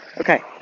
Okay